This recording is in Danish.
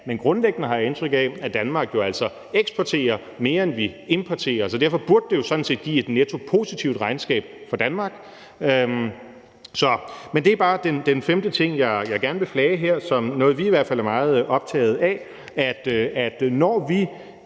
men grundlæggende har jeg indtryk af, at Danmark altså eksporterer mere, end vi importerer, så derfor burde det sådan set netto give et positivt regnskab for Danmark. Men det er bare den femte ting, jeg gerne vil flage her som noget, vi i hvert fald er meget optaget af,